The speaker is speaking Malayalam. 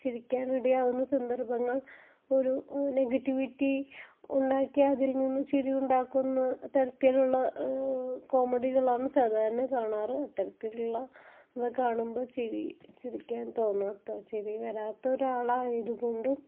ചിരിക്കാനിടയാകുന്ന സന്ദർഭങ്ങൾ ഒരു നെഗറ്റീവിറ്റി ഉണ്ടാക്കിയാൽ അതിൽ നിന്ന് ചിരി ഉണ്ടാക്കുന്ന തരത്തിലുള്ള കോമഡികളാണ് സാധാരണ കാണാറ് അത്തരത്തില്ളള ഇത് കാണുമ്പോൾ ചിരി ചിരിക്കാൻ തോന്നാത്ത ചിരി വരാത്ത ഒരാളായത് കൊണ്ടും